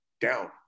down